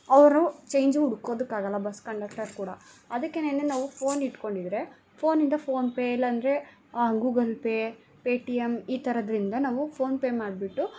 ಅವರು ಚೇಂಜು ಹುಡ್ಕೋದಕ್ಕಾಗಲ್ಲ bus conductor ಕೂಡ ಅದಕ್ಕೇನೆ ನಾವು ಫೋನ್ ಇಟ್ಕೊಂಡಿದ್ದರೆ ಫೋನಿಂದ ಫೋನ್ ಪೇ ಇಲ್ಲಂದ್ರೆ Google Pay Paytm ಈ ಥರದ್ರಿಂದ ನಾವು ಫೋನ್ ಪೇ ಮಾಡಿಬಿಟ್ಟು